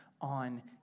on